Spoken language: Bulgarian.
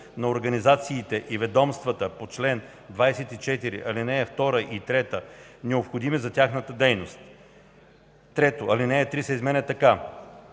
на организациите и ведомствата по чл. 24, ал. 2 и 3, необходими за тяхната дейност.” 3. Алинея 3 се изменя така: